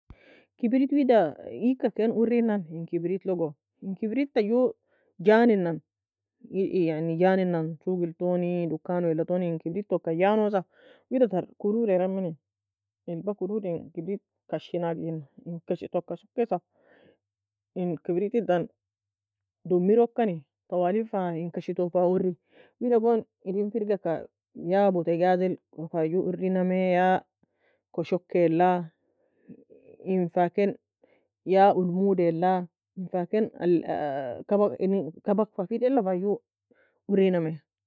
كبريت wida iygka ken urina, in kibritlogo, in kibrita ju janinan yani janinan sogil toni, dukkaweala toni in kibritoka janosa, wida tar kududeara meni, علبة kudud in kibritin, kashin agin in kashi toka sokosa, in kibritidan, domerokani tawalg fa in kashi to fa urri, wida gon irin fergika, Ya botojazil fa ju urriname, ya koshokeala, in fa ken ya ulmudeala, in fa ken al kaba in kabaka fa edenan fa ju urrinamie.